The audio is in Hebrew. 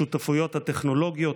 בשותפויות הטכנולוגיות,